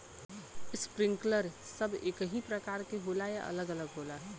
Sprinkler सब एकही प्रकार के होला या अलग अलग होला?